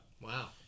Wow